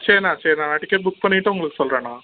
சரிணா சரிணா நான் டிக்கெட் புக் பண்ணிவிட்டு உங்களுக்கு சொல்கிறேன்னா